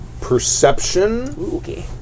perception